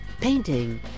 painting